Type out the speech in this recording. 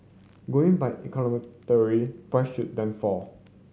going by economic theory price should then fall